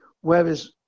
Whereas